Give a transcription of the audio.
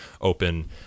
open